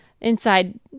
inside